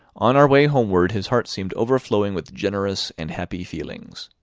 on our way homeward his heart seemed overflowing with generous and happy feelings.